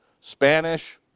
Spanish